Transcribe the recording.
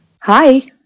Hi